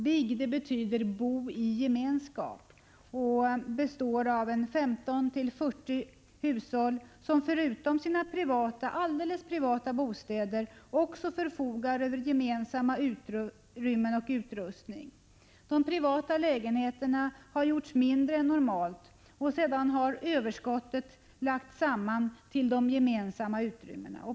BIG, som betyder bo i gemenskap, består av 15-40 hushåll som förutom sina alldeles privata bostäder också förfogar över gemensamma utrymmen och gemensam utrustning. De privata lägenheterna har gjorts mindre än normalt, och sedan har ”överskottet” lagts samman till de gemensamma utrymmena.